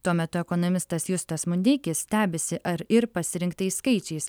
tuo metu ekonomistas justas mundeikis stebisi ar ir pasirinktais skaičiais